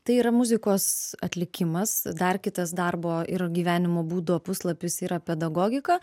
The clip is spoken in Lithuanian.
tai yra muzikos atlikimas dar kitas darbo ir gyvenimo būdo puslapis yra pedagogika